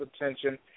attention